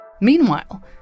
Meanwhile